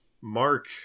mark